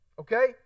Okay